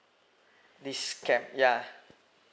this scam yeah